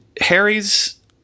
Harry's